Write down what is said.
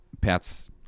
Pat's